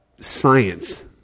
science